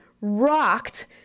rocked